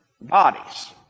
bodies